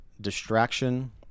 distraction—